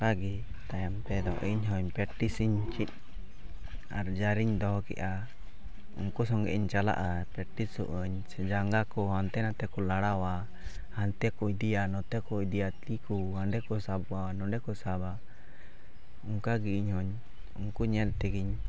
ᱚᱱᱠᱟ ᱜᱮ ᱛᱟᱭᱚᱢ ᱛᱮᱫᱚ ᱤᱧ ᱦᱚᱧ ᱯᱮᱠᱴᱤᱥ ᱤᱧ ᱪᱮᱫ ᱟᱨ ᱡᱟᱨ ᱤᱧ ᱫᱚᱦᱚ ᱠᱮᱫᱟ ᱩᱱᱠᱩ ᱥᱚᱸᱜᱮᱧ ᱪᱟᱞᱟᱜᱼᱟ ᱯᱮᱠᱴᱤᱥᱚᱜ ᱟᱹᱧ ᱥᱮ ᱡᱟᱸᱜᱟ ᱠᱚ ᱦᱟᱱᱛᱮ ᱱᱟᱛᱮ ᱠᱚ ᱞᱟᱲᱟᱣᱟ ᱦᱟᱱᱛᱮ ᱠᱚ ᱤᱫᱤᱭᱟ ᱱᱚᱛᱮ ᱠᱚ ᱤᱫᱤᱭᱟ ᱛᱤ ᱠᱚ ᱦᱟᱸᱰᱮ ᱠᱚ ᱥᱟᱵᱟ ᱱᱚᱰᱮ ᱠᱚ ᱥᱟᱵᱟ ᱚᱱᱠᱟ ᱜᱮ ᱤᱧ ᱦᱚᱧ ᱩᱱᱠᱩ ᱧᱮᱞ ᱛᱮᱜᱮᱧ